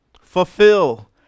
fulfill